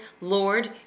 Lord